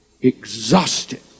exhausted